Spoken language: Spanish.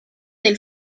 del